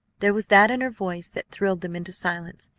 there was that in her voice that thrilled them into silence.